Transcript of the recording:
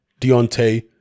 Deontay